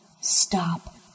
Stop